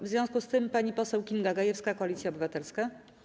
W związku z tym pani poseł Kinga Gajewska, Koalicja Obywatelska.